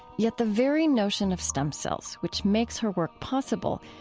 yet the very notion of stem cells, which makes her work possible,